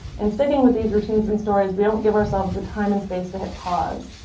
in sticking with these routines and stories we don't give ourselves the time and space to hit pause.